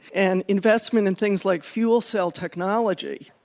and investment in things like fuel cell technology,